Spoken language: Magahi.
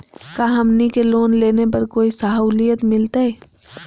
का हमनी के लोन लेने पर कोई साहुलियत मिलतइ?